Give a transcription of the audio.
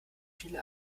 viele